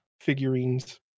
figurines